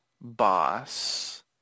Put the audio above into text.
boss